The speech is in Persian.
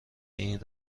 این